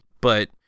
but-